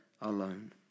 alone